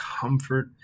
comfort